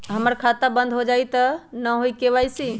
हमर खाता बंद होजाई न हुई त के.वाई.सी?